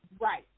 Right